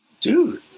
Dude